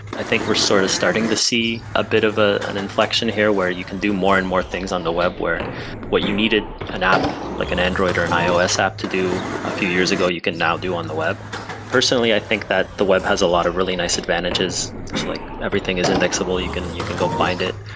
i think we're sort of starting to see a bit of ah an inflection here, where you can do more and more things on the web where what you needed an app like an android or an ios app to do a few years ago, you can now do on the web personally, i think that the web has a lot of really nice advantages, just like everything is indexable. you can you can go find it.